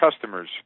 customers